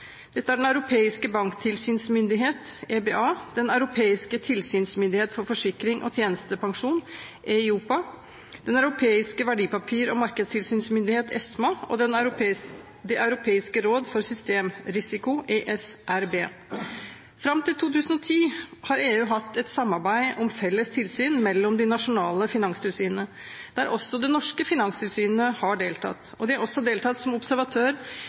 Dette er Den europeiske banktilsynsmyndighet , Den europeiske tilsynsmyndighet for forsikring og tjenestepensjon , Den europeiske verdipapir- og markedstilsynsmyndighet og Det europeiske råd for systemrisiko Fram til 2010 har EU hatt et samarbeid om felles tilsyn mellom de nasjonale finanstilsynene, der også det norske finanstilsynet har deltatt. Det har også deltatt som observatør